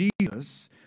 Jesus